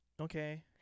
Okay